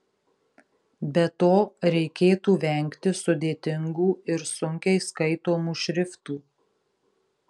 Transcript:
be to reikėtų vengti sudėtingų ir sunkiai skaitomų šriftų